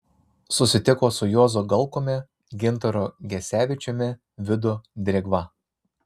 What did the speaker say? susitiko su juozu galkumi gintaru gesevičiumi vidu drėgva